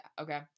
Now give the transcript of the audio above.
Okay